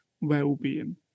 well-being